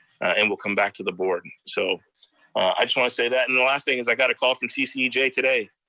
and will come back to the board. and so i just wanna say that. and the last thing is, i got a call from ccj today.